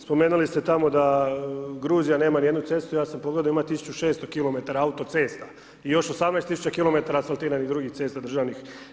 Spomenuli ste tamo da Gruzija nema ni jednu cestu, ja sam pogledao ima 1600 km autocesta i još 18 tisuća km asfaltiranih drugih cesta državnih.